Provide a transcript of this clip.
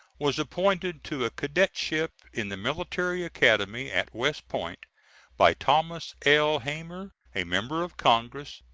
was appointed to a cadetship in the military academy at west point by thomas l. hamer, a member of congress,